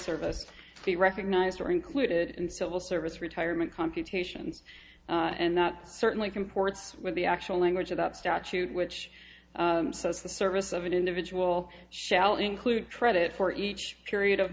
service be recognized or included in civil service retirement computations and that certainly comports with the actual language of the statute which says the service of an individual shall include credit for each period of